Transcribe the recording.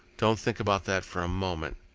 don't think about that for a moment.